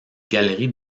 galeries